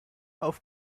auf